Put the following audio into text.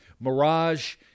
mirage